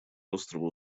острова